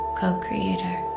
co-creator